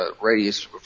radius